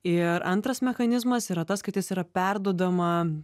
ir antras mechanizmas yra tas kad jis yra perduodama